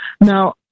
Now